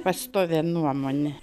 pastovią nuomonę